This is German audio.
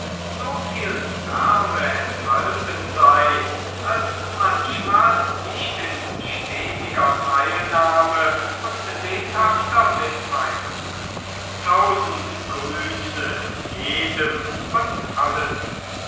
so viel wärme enthalten sei als manchmal nicht in stetiger teilnahme und lebhafter mitteilung tausend grüße jedem und allen